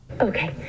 Okay